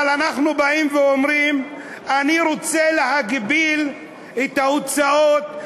אבל אנחנו באים ואומרים: אני רוצה להגביל את ההוצאות,